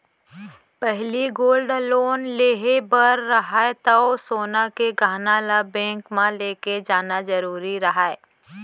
पहिली gold loan लेहे बर रहय तौ सोन के गहना ल बेंक म लेके जाना जरूरी रहय